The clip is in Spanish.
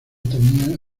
tenía